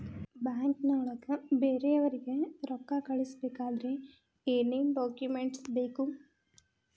ಬ್ಯಾಂಕ್ನೊಳಗ ಬೇರೆಯವರಿಗೆ ರೊಕ್ಕ ಕಳಿಸಬೇಕಾದರೆ ಏನೇನ್ ಡಾಕುಮೆಂಟ್ಸ್ ಬೇಕು?